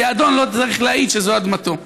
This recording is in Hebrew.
כי האדון לא צריך להעיד שזו אדמתו,